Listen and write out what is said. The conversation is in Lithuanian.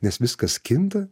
nes viskas kinta